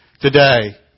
today